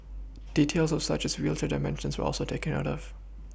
details such as wheelchair dimensions were also taken note of